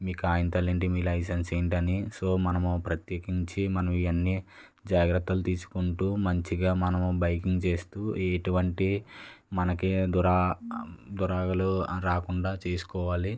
మీ కాగితాలు ఏంటి మీ లైసెన్సు ఏంటి సో మనము ప్రత్యేకించి మనం ఇవి అన్నీ జాగ్రత్తలు తీసుకుంటూ మంచిగా మనం బైకింగ్ చేస్తూ ఎటువంటి మనకు దురా దురాగతాలు రాకుండా చేసుకోవాలి